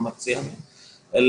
מעולם לא הייתה מחלוקת על הצורך,